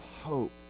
hope